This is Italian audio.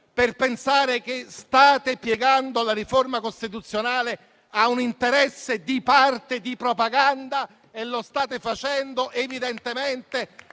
non pensare che state piegando la riforma costituzionale a un interesse di parte e di propaganda? Lo state facendo, evidentemente